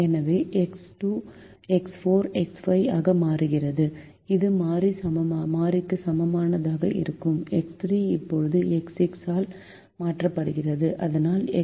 எனவே X 2 X 4 X 5 ஆக மாறுகிறது இது மாறிக்கு சமமானதாக இருக்கும் எக்ஸ் 3 இப்போது X6 ஆல் மாற்றப்படுகிறது இதனால் எக்ஸ் 6 ≥ 0 ஆகும்